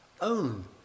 own